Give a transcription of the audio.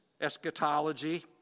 eschatology